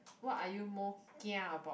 what are you more kia about